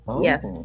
Yes